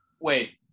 wait